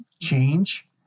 change